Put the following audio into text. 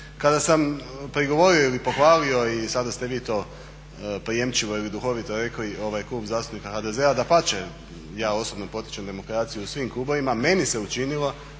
Kada sam prigovorio ili pohvalio i sada ste vi to prijemčivo ili duhovito rekli ovaj Klub zastupnika HDZ-a dapače, ja osobno potičem demokraciju u svim klubovima. Meni se učinilo